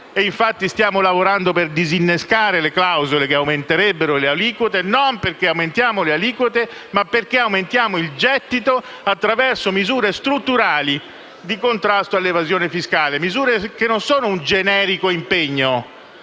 stiamo lavorando per disinnescare le clausole che aumenterebbero le aliquote), ma perché aumentiamo il gettito attraverso misure strutturali di contrasto all'evasione fiscale. Tali misure non sono un generico impegno,